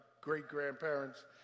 great-grandparents